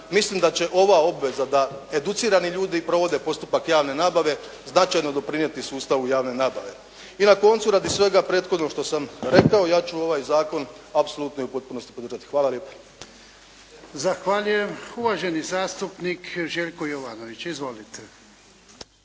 Mislim da će ova obveza da educirani ljudi provode postupak javne nabave, značajno doprinijeti sustavu javne nabave. I na koncu radi svega prethodnog što sam rekao, ja ću ovaj zakon apsolutno i u potpunosti podržati. Hvala lijepa. **Jarnjak, Ivan (HDZ)** Zahvaljujem. Uvaženi zastupnik Željko Jovanović. Izvolite.